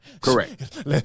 Correct